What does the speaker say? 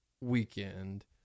weekend